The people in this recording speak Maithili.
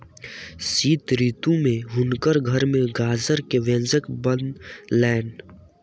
शीत ऋतू में हुनकर घर में गाजर के व्यंजन बनलैन